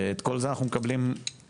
את כל זה אנחנו מקבלים בחינם,